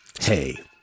hey